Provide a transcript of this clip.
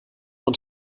und